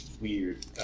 weird